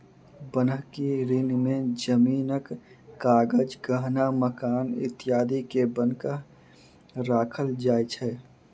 बन्हकी ऋण में जमीनक कागज, गहना, मकान इत्यादि के बन्हक राखल जाय छै